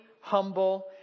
humble